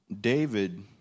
David